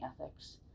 ethics